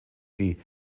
wie